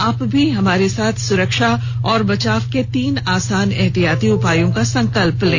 आप भी हमारे साथ सुरक्षा और बचाव के तीन आसान एहतियाती उपायों का संकल्प लें